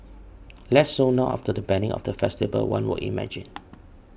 less so now after the banning of the festival one would imagine